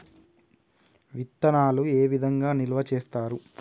విత్తనాలు ఏ విధంగా నిల్వ చేస్తారు?